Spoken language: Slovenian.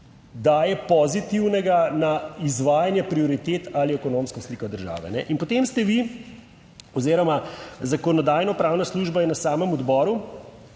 daje pozitivnega na izvajanje prioritet ali ekonomsko sliko države? In potem ste vi oziroma Zakonodajno-pravna služba je na samem odboru